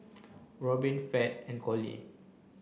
Robbin Fed and Collie